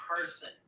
person